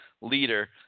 leader